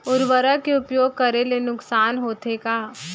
उर्वरक के उपयोग करे ले नुकसान होथे का?